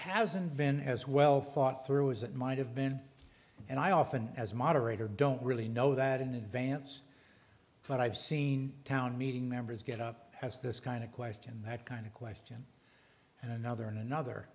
hasn't been as well thought through as it might have been and i often as moderator don't really know that in advance but i've seen town meeting members get up as this kind of question that kind of question and another and another